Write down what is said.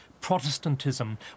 Protestantism